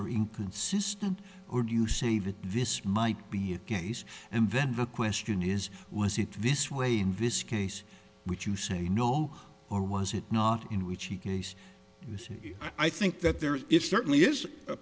are inconsistent or do you say that this might be a case and then the question is was it this way in this case which you say no or was it not in which he case i think that there is it certainly is a